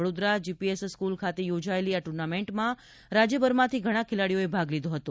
Vadodara GPS school ખાતે યોજાયેલી આ ટૂર્નામેન્ટમાં રાજ્યભરમાંથી ઘણા ખેલાડીઓએ ભાગ લીધો હતો